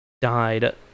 died